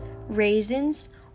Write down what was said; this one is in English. raisins